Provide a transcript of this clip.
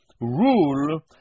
rule